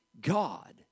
God